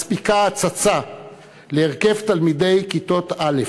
מספיקה הצצה להרכב תלמידי כיתות א'